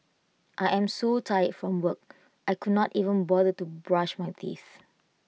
I am so tired from work I could not even bother to brush my teeth